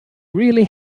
really